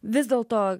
vis dėlto